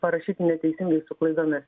parašyti neteisingai su klaidomis